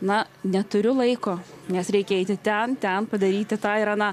na neturiu laiko nes reikia eiti ten ten padaryti tą ir aną